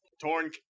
Torn